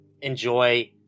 enjoy